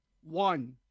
one